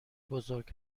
بزرگ